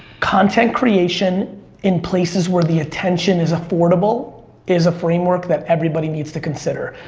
content creation in places where the attention is affordable is a framework that everybody needs to consider.